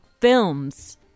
films